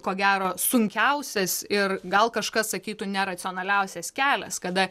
ko gero sunkiausias ir gal kažkas sakytų neracionaliausias kelias kada